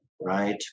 right